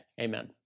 amen